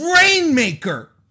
Rainmaker